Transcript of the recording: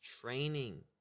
training